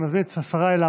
אני מזמין את השרה אלהרר.